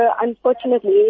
unfortunately